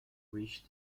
reach